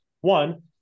one